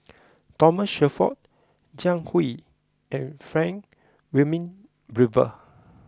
Thomas Shelford Jiang Hu and Frank Wilmin Brewer